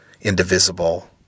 Indivisible